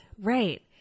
right